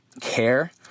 care